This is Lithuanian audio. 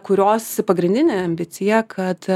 kurios pagrindinė ambicija kad